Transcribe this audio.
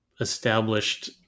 established